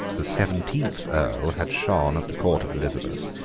the seventeenth earl had shone at the court of elizabeth,